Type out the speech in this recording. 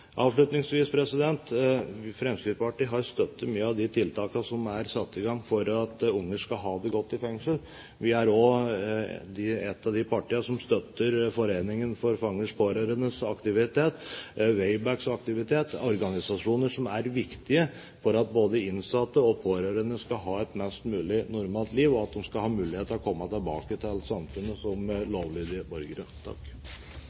Avslutningsvis: Fremskrittspartiet har støttet mange av de tiltakene som er satt i gang for at unger skal ha det godt i forbindelse med fengselsopphold. Vi er også et av de partiene som støtter foreningen For Fangers Pårørendes aktivitet og Wayback’s aktivitet, organisasjoner som er viktige for at både innsatte og pårørende skal ha et mest mulig normalt liv, og at de skal ha mulighet til å komme tilbake til samfunnet som